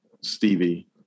Stevie